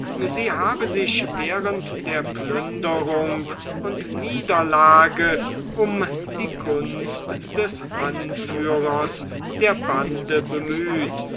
sie habe sich während der plünderung und niederlage um die gunst des anführers der bande bemüht